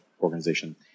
organization